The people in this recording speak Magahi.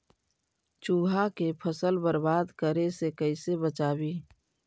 चुहा के फसल बर्बाद करे से कैसे बचाबी?